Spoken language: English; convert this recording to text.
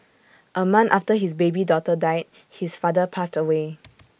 A month after his baby daughter died his father passed away